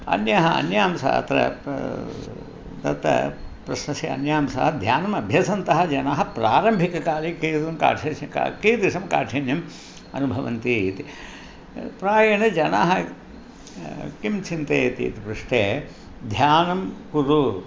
अन्यः अन्यां स अत्र प्र तत्र प्रश्नस्य अन्यां ध्यानमभ्यसन्तः जनाः प्रारम्भिककाले कीदुं कार्शश का कीदृशं काठिन्यम् अनुभवन्ति इति प्रायेण जनाः किं चिन्तयति इति पृष्टे ध्यानं कुरु